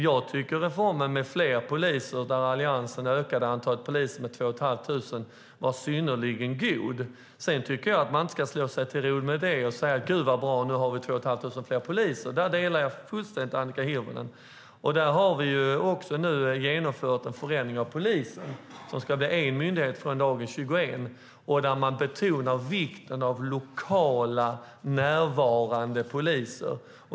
Jag tycker att reformen med fler poliser, där Alliansen ökade antalet poliser med 2 500, var synnerligen god. Sedan tycker jag inte att man ska slå sig till ro med det och säga att vi nu har 2 500 fler poliser. Där delar jag fullständigt Annika Hirvonens uppfattning, och nu har vi också genomfört en förändring av polisen, som ska bli en enda myndighet i stället för dagens 21 och där man betonar vikten av lokala, närvarande poliser.